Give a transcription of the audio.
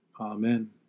Amen